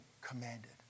commanded